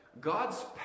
God's